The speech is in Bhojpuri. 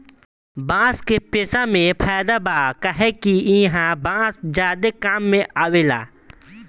बांस के पेसा मे फायदा बा काहे कि ईहा बांस ज्यादे काम मे आवेला